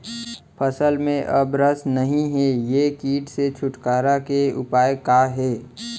फसल में अब रस नही हे ये किट से छुटकारा के उपाय का हे?